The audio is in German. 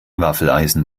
waffeleisen